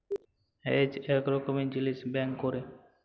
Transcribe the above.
hedge ইক রকমের জিলিস ব্যাংকে ক্যরে